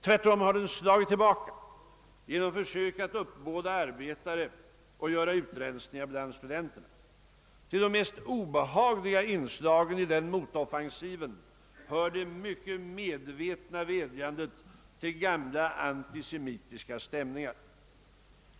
Tvärtom har den slagit tillbaka genom försök att uppbåda arbetare och genom att göra utrensningar bland studenterna. Till de mest obehagliga inslagen i denna motoffensiv hör det medvetna vädjandet till gamla antisemitiska stämningar.